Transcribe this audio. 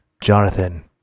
Jonathan